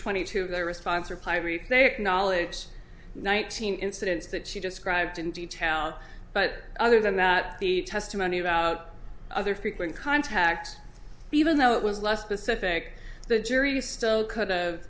twenty two of their response or play replay acknowledge nineteen incidents that she described in detail but other than that the testimony about other frequent contact even though it was less specific the jury still could